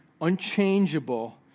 unchangeable